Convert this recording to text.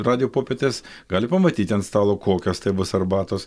radijo popietės gali pamatyti ant stalo kokios tai bus arbatos